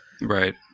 Right